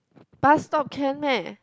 bus stop can meh